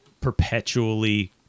perpetually